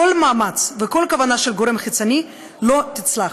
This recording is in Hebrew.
כל מאמץ וכל כוונה של גורם חיצוני לא יצלחו.